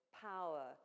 power